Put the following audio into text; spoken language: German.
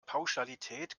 pauschalität